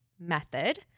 method